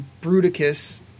Bruticus